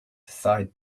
side